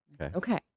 Okay